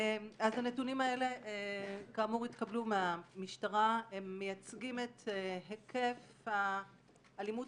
הנתונים האלה מייצגים את היקף האלימות